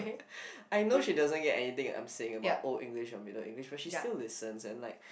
I know she doesn't get anything I'm saying about old English or middle English but she still listens and it's like